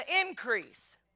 increase